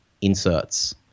inserts